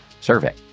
survey